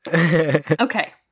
Okay